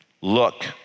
Look